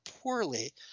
poorly